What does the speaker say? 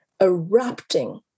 erupting